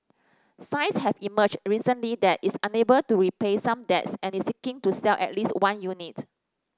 signs have emerged recently that it's unable to repay some debts and is seeking to sell at least one unit